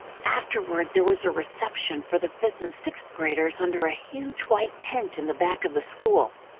afterward there was a reception for the fifth and sixth graders under a huge white tent in the back of the school.